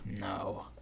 No